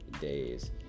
days